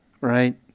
right